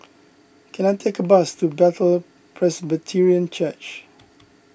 can I take a bus to Bethel Presbyterian Church